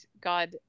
God